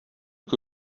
que